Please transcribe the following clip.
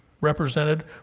represented